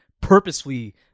purposefully